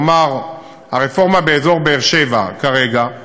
נאמר הרפורמה באזור באר-שבע כרגע,